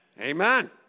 Amen